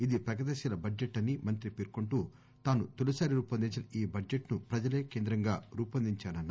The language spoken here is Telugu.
ఇది ప్రగతిశీల బడ్జెట్ అని మంత్రి పేర్కొంటూ తాను తొలిసారి రూపొందించిన ఈ బడ్షెట్ ను ప్రజలే కేంద్రంగా రూపొందించానన్నారు